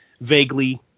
vaguely